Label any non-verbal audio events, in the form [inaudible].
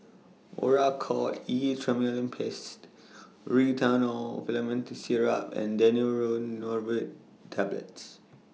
Oracort E Triamcinolone Paste [unintelligible] Promethazine Syrup and Daneuron Neurobion Tablets